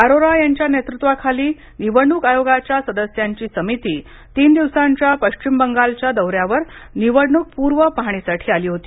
अरोरा यांच्या नेतृत्वाखाली निवडणूक आयोगाच्या सदस्यांची समिती तीन दिवसाच्या पश्चिम बंगालच्या दौऱ्यावर निवडणूकपूर्व पाहणीसाठी आली होती